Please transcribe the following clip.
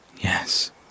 Yes